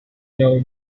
know